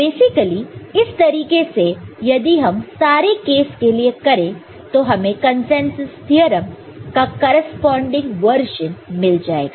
basically इस तरीके से यदि हम सारे केस के लिए करें तो हमें कंसेंसस थ्योरम का करेस्पॉर्न्डिंग वर्जन मिल जाएगा